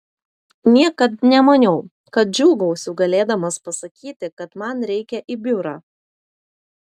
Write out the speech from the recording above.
niekad nemaniau kad džiūgausiu galėdamas pasakyti kad man reikia į biurą